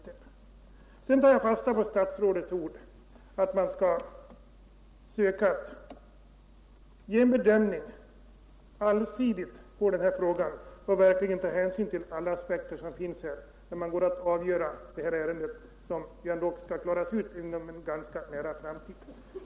Vidare tar jag fasta på statsrådets ord att man vid sin bedömning skall söka se allsidigt på denna fråga och ta hänsyn till alla aspekter som finns då man går att avgöra detta ärende, som ändå skall klaras ut inom en ganska nära framtid.